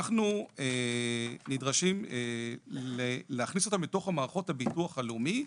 אנחנו נדרשים להכניס אותם לתוך המערכות הביטוח הלאומי,